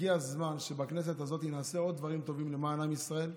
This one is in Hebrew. הגיע הזמן שבכנסת הזאת נעשה עוד דברים טובים למען עם ישראל.